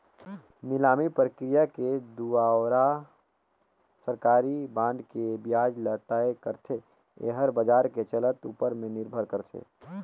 निलामी प्रकिया के दुवारा सरकारी बांड के बियाज ल तय करथे, येहर बाजार के चलत ऊपर में निरभर करथे